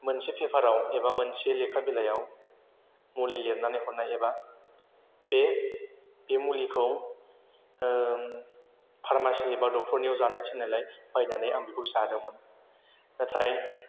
मोनसे पेपाराव एबा मोनसे लेखा बिलाइयाव मुलि लिरनानै हरनाय एबा बे बे मुलिखौ फार्मासि एबा डक्टरनियाव जानो थिननायलाय बायनानै आं बेखौ जादोंमोन नाथाय